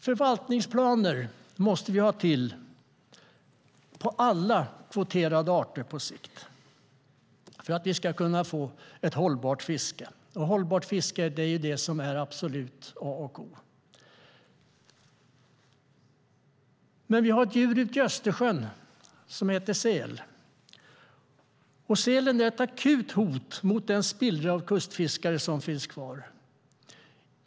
Förvaltningsplaner måste vi på sikt ha för alla kvoterade arter för att vi ska kunna få ett hållbart fiske. Hållbart fiske är A och O. Vi har dock ett djur i Östersjön som heter säl, och sälen är ett akut hot mot den spillra av kustfiskare som finns kvar.